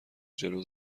جلو